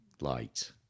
light